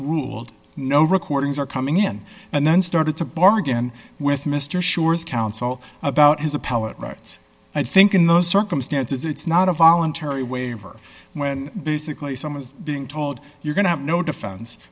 ruled no recordings are coming in and then started to bargain with mr sure's counsel about his appellate rights and think in those circumstances it's not a voluntary waiver when basically someone is being told you're going to have no defen